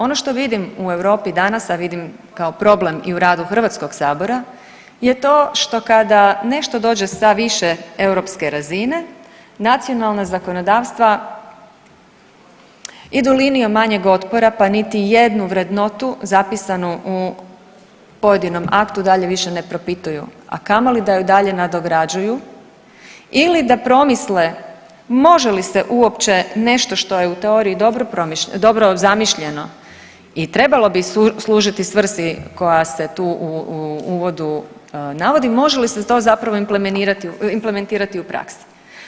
Ono što vidim u Europi danas, a vidim kao problem i u radu Hrvatskog sabora, je to što kada nešto dođe sa više europske razine nacionalna zakonodavstva idu linijom manjeg otpora pa niti jednu vrednotu zapisanu u pojedinom aktu dalje više ne propituju, a kamoli da ju dalje nadograđuju ili da promisle može li se uopće nešto što je u teoriji dobro zamišljeno i trebalo bi služiti svrsi koja se tu u uvodi navodi, može li se to zapravo implementirati u praksi.